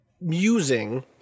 musing